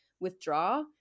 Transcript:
withdraw